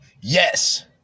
Yes